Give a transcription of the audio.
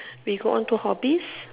we go on to hobbies